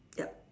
yup